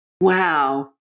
Wow